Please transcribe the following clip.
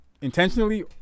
intentionally